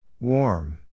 Warm